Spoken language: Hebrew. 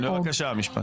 בבקשה, משפט.